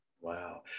Wow